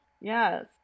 Yes